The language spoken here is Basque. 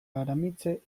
aramitse